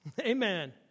Amen